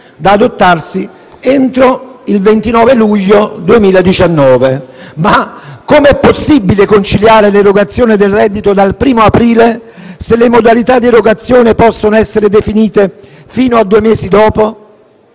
da adottarsi entro il 29 luglio 2019. Ma come è possibile conciliare l'erogazione del reddito dal 1° aprile, se le modalità di erogazione possono essere definite fino a due mesi dopo?